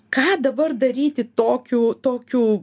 ką dabar daryti tokiu tokiu